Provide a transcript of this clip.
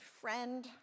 friend